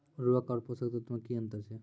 उर्वरक आर पोसक तत्व मे की अन्तर छै?